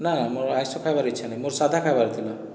ନା ନା ମୋର ଆଇଁଷ ଖାଇବାର ଇଚ୍ଛା ନାହିଁ ମୋର ସାଧା ଖାଇବାର ଥିଲା